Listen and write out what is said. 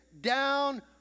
down